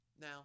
now